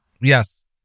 Yes